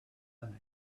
thing